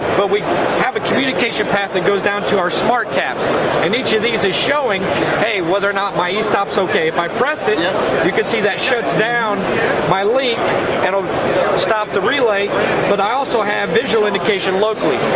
but we have a communication path that goes down to our smart taps and each of these is showing hey whether or not my e-stop's okay. if i press it yeah you can see that it shuts down my link and it'll stop the relay but i also have visual indication locally,